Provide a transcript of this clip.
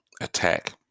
attack